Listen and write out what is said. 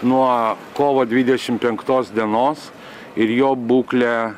nuo kovo dvidešim penktos dienos ir jo būklė